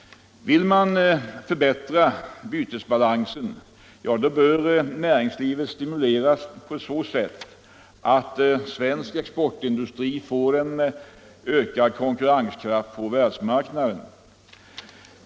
Vill man förbättra bytesbalansen, bör näringslivet stimuleras på så sätt att svensk exportindustri får ökad konkurrenskraft på världsmarknaden.